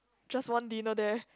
just one dinner there